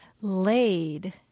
laid